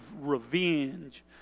revenge